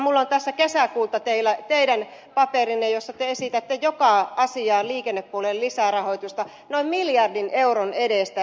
minulla on tässä kesäkuulta teidän paperinne jossa te esitätte joka asiaan liikennepuolelle lisää rahoitusta noin miljardin euron edestä